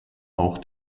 auch